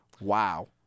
Wow